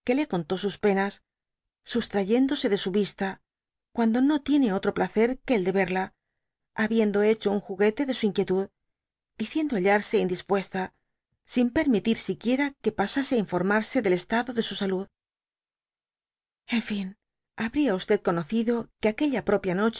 le contó sus penas sustrayéndose de su vista cuando no tiene otro placer que el de terla habiendo hecho un juguete de su inquietud diciendo hallarse indispuesta sin permitir siquiera que pasase á informarse del estado de su salud n fin habría conocido que aquella propia